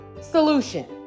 solution